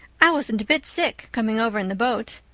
i wasn't a bit sick coming over in the boat.